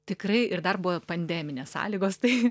tikrai ir dar buvo pandeminės sąlygos tai